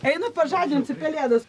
einu pažadinsiu pelėdas